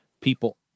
people